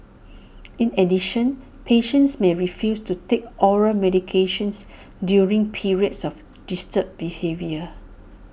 in addition patients may refuse to take oral medications during periods of disturbed behaviour